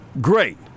great